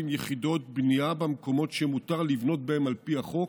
יחידות בנייה במקומות שמותר לבנות בהם על פי החוק.